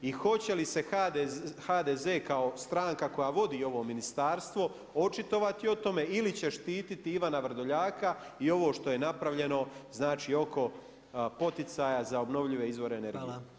I hoće li se HDZ kao stranka koja vodi ovo ministarstvo očitovati o tome ili će štiti Ivana Vrdoljaka i ovo što je napravljeno, znači oko poticaja za obnovljive izvore energije.